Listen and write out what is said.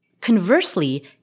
Conversely